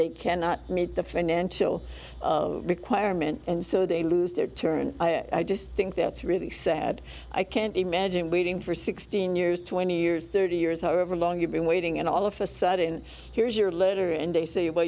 they cannot meet the financial requirement and so they lose their turn i just think that's really sad i can't imagine waiting for sixteen years twenty years thirty years however long you've been waiting and all of a sudden here's your letter and they say well